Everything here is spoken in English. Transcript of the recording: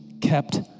kept